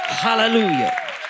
Hallelujah